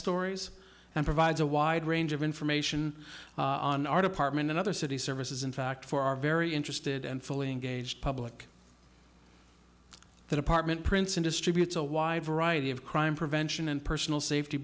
stories and provides a wide range of information on our department and other city services in fact for our very interested and fully engaged public that apartment princeton distributes a wide variety of crime prevention and personal safety